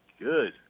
Good